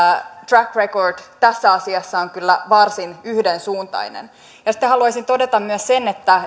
track record tässä asiassa on kyllä varsin yhdensuuntainen sitten haluaisin todeta myös sen että